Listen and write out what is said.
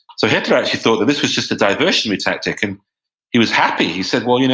so hitler actually thought that this was just a diversionary tactic, and he was happy. he said, well, you know